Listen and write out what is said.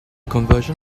conversion